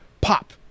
pop